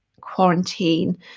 quarantine